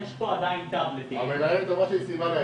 יש איזשהו עדכון סכום?